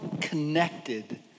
connected